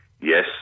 Yes